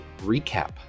Recap